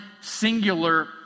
singular